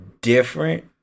different